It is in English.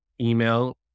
email